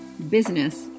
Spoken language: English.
business